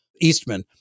Eastman